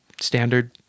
standard